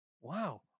wow